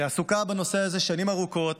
שעסוקה בנושא הזה שנים ארוכות